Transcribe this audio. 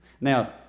Now